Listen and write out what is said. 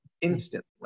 instantly